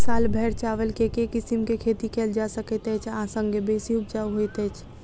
साल भैर चावल केँ के किसिम केँ खेती कैल जाय सकैत अछि आ संगे बेसी उपजाउ होइत अछि?